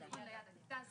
אני